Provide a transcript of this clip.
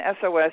SOS